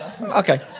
Okay